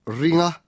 ringa